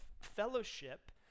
fellowship